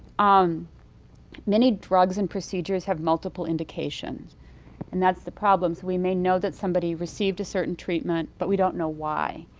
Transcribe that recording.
um many drugs and procedures have multiple indications and that's the problems. we may know that somebody received a certain treatment but we don't know why.